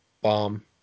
bomb